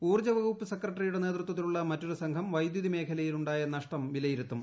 ഊർജ്ജവകുപ്പ് സെക്രട്ടറിയുടെ ഭ്ന്നതൃത്വത്തിലുള്ള മറ്റൊരു സംഘം വൈദ്യുതി മേഖലയിലുണ്ടായ നൃഷ്ട്ടം വിലയിരുത്തും